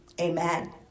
Amen